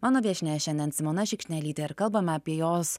mano viešnia šiandien simona šikšnelytė ir kalbama apie jos